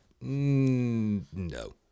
no